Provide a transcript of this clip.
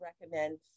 recommend